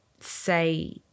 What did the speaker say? say